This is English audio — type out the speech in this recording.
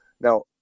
Now